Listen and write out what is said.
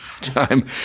time